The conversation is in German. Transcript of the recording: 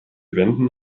wänden